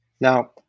Now